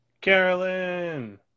Carolyn